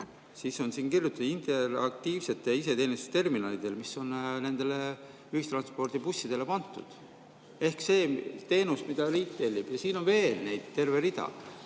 siis on siin kirjutatud "interaktiivsetele iseteenindusterminalidele", mis on nendele ühistranspordibussidele pandud. Ehk see teenus, mida riik tellib. Ja siin on veel neid terve rida.